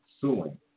suing